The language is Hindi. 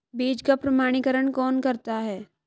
बीज का प्रमाणीकरण कौन करता है?